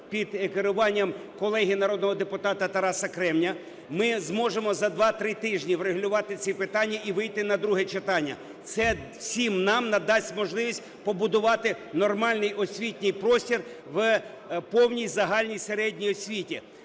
під керуванням колеги народного депутата Тараса Кременя. Ми зможемо за 2-3 тижні врегулювати ці питання і вийти на друге читання. Це всім нам надасть можливість побудувати нормальний освітній простір в повній загальній середній освіті.